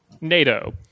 NATO